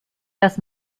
dass